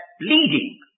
leading